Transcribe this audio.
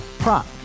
Prop